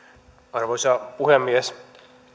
arvoisa puhemies